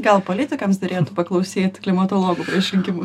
gal politikams derėtų paklausyt klimatologų prieš rinkimus